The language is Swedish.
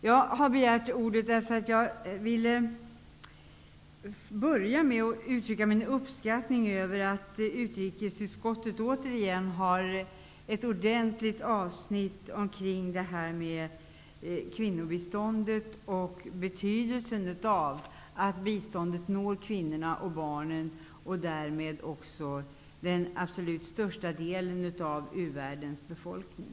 Jag har begärt ordet först och främst för att uttrycka min uppskattning över att utrikesutskottet återigen har ett ordentligt avsnitt om kvinnobiståndet och betydelsen av att biståndet når kvinnorna och barnen -- alltså den absolut övervägande delen av u-världens befolkning.